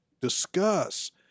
discuss